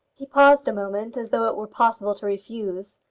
he paused a moment as though it were possible to refuse,